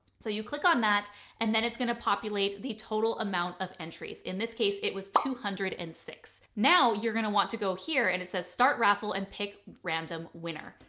so you click on that and then it's going to populate the total amount of entries. in this case it was two hundred and six now you're going to want to go here and it says start raffle and pick random winner.